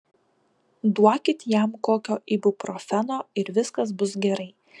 duokit jam kokio ibuprofeno ir viskas bus gerai